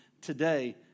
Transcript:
today